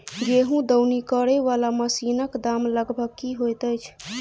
गेंहूँ दौनी करै वला मशीन कऽ दाम लगभग की होइत अछि?